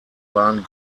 waren